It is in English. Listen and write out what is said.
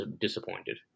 disappointed